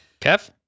Kev